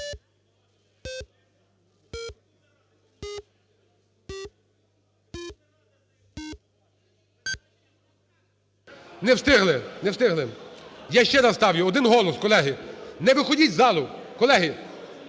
Не встигли. Не встигли. Я ще раз ставлю. Один голос, колеги! Не виходіть з залу, колеги.